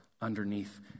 underneath